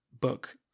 book